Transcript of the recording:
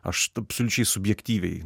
aš absoliučiai subjektyviai